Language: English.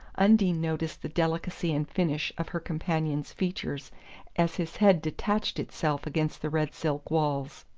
undine noticed the delicacy and finish of her companion's features as his head detached itself against the red silk walls.